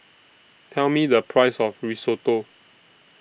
Tell Me The Price of Risotto